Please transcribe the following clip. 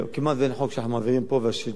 כמעט אין חוק שאנחנו מעבירים פה והשלטון